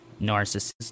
narcissist